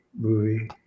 movie